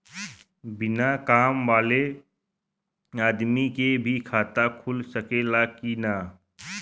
बिना काम वाले आदमी के भी खाता खुल सकेला की ना?